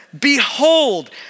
Behold